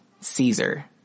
Caesar